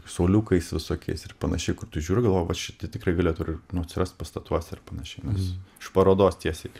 suoliukais visokiais ir panašiai kur tu žiūriu galvoju kad šiti tikrai galėtų ir atsirast pastatuose ir panašiai nes iš parodos tiesiai